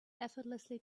effortlessly